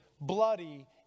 bloody